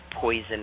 poison